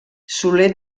soler